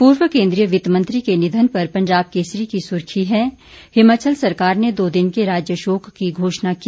पूर्व केंद्रीय वित्त मंत्री के निधन पर पंजाब केसरी की सुर्खी है हिमाचल सरकार ने दो दिन के राज्य शोक की घोषणा की